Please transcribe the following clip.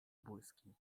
błyski